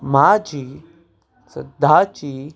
म्हजीं सद्याचीं